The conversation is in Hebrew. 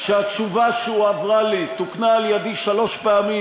שהתשובה שהועברה לי תוקנה על-ידי שלוש פעמים,